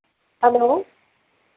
hello